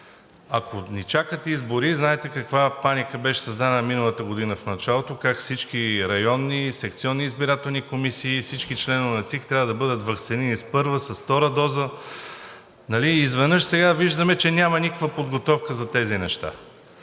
ако ни чакат избори, знаете каква паника беше създадена миналата година в началото – как всички районни, секционни избирателни комисии и всички членове на ЦИК трябва да бъдат ваксинирани с първа, с втора доза, и изведнъж сега виждаме, че няма никаква подготовка за тези неща.